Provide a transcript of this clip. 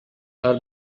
our